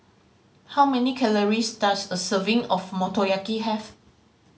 how many calories does a serving of Motoyaki have